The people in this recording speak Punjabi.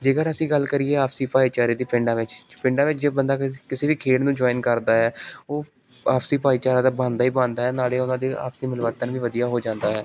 ਜੇਕਰ ਅਸੀਂ ਗੱਲ ਕਰੀਏ ਆਪਸੀ ਭਾਈਚਾਰੇ ਦੇ ਪਿੰਡਾਂ ਵਿੱਚ ਪਿੰਡਾਂ ਵਿੱਚ ਜੇ ਬੰਦਾ ਕਿ ਕਿਸੇ ਵੀ ਖੇਡ ਨੂੰ ਜੁਆਇਨ ਕਰਦਾ ਹੈ ਉਹ ਆਪਸੀ ਭਾਈਚਾਰਾ ਤਾਂ ਬਣਦਾ ਹੀ ਬਣਦਾ ਨਾਲੇ ਉਹਨਾਂ ਦੀ ਆਪਸੀ ਮਿਲਵਰਤਨ ਵੀ ਵਧੀਆ ਹੋ ਜਾਂਦਾ ਹੈ